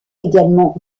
également